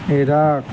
Iraq